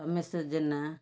Jena